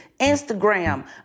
Instagram